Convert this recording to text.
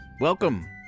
Welcome